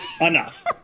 enough